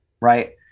right